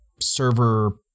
Server